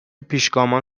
پیشگامان